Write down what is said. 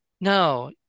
no